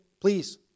Please